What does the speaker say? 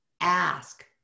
ask